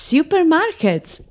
Supermarkets